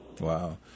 Wow